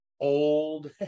old